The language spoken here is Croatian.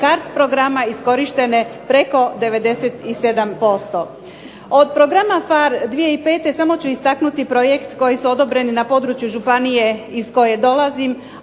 CARDS programa iskorištene preko 97%. Od programa PHARE 2005 samo ću istaknuti projekt koji su odobreni na području županije iz koje dolazim,